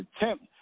attempt